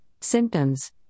symptoms